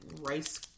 rice